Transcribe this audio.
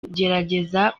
kugerageza